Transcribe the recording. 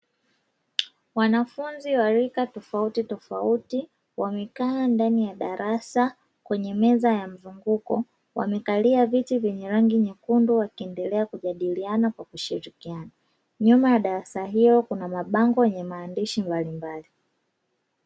Wanafunzi wa rika tofauti tofauti wamekaa ndani ya darasa kwenye meza ya mzunguko wamekalia viti vyenye rangi nyekundu wakiendelea kujadiliana kwa kushirikiana, nyuma ya darasa hilo kuna mabango yenye maandishi mbalimbali.